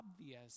obvious